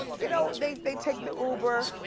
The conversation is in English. you know they they take the uber,